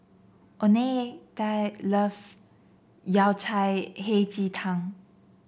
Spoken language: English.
Oneida loves Yao Cai Hei Ji Tang